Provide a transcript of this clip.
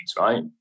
right